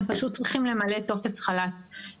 הן פשוט צריכות למלא טופס חל"ת.